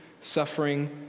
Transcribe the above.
suffering